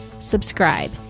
subscribe